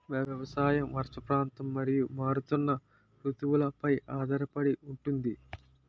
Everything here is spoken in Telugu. వ్యవసాయం వర్షపాతం మరియు మారుతున్న రుతువులపై ఆధారపడి ఉంటుంది